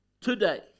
today